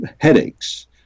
headaches